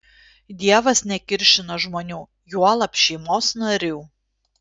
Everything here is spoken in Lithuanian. dievas nekiršina žmonių juolab šeimos narių